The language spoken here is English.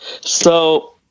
So-